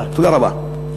תודה רבה.